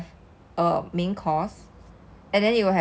normally A_B_C right when you have cooking lesson